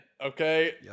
okay